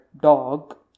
dog